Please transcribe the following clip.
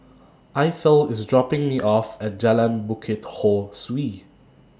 Eithel IS dropping Me off At Jalan Bukit Ho Swee